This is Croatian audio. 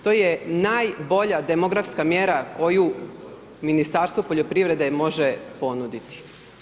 To je najbolja demografska mjera koju Ministarstvo poljoprivrede može ponuditi.